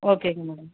ஓகேங்க மேடம்